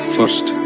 first